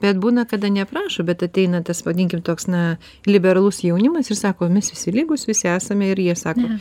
bet būna kada neprašo bet ateina tas vadinkim toks na liberalus jaunimas ir sako mes visi lygūs visi esame ir jie sako